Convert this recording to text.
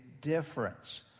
difference